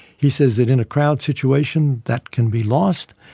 he says that in a crowd situation that can be lost,